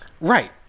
Right